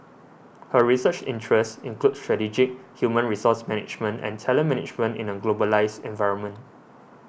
her research interests include strategic human resource management and talent management in a globalised environment